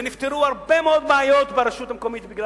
ונפתרו הרבה מאוד בעיות ברשות המקומית בגלל